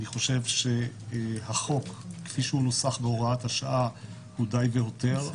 אני חושב שהחוק כפי שהוא נוסח בהוראת השעה הוא די והותר.